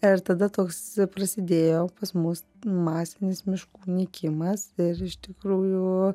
ir tada toks prasidėjo pas mus masinis miškų nykimas ir iš tikrųjų